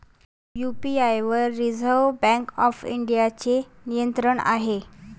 UPI वर reserve bank of इंडियाचे नियंत्रण आहे